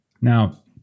now